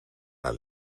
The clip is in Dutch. naar